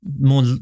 More